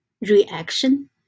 reaction